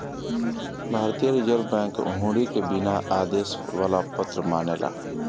भारतीय reserve bank हुंडी के बिना आदेश वाला पत्र मानेला